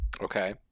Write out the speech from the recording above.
Okay